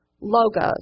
logos